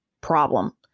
problem